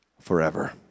forever